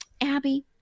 Abby